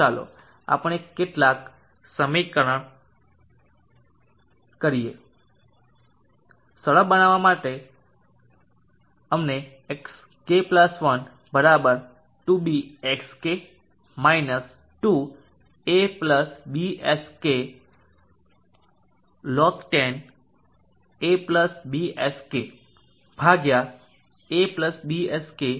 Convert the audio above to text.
ચાલો આપણે કેટલાક સરળીકરણ કરીએ સરળ બનાવવા પર અમને xk1 2bxk 2abxk log10 abxk abxk2bમળે છે